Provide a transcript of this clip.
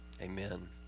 Amen